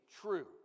true